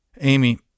Amy